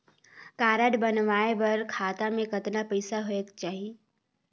Card बनवाय बर खाता मे कतना पईसा होएक चाही?